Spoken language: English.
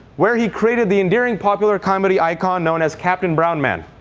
where he created the endearing popular comedy icon known as captain brown man,